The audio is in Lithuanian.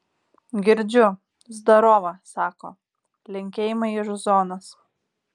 girdžiu zdarova sako linkėjimai iš zonos